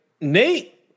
Nate